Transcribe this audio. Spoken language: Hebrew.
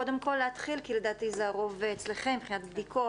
קודם כל להתחיל כי לדעתי הרוב אצלכם מבחינת בדיקות,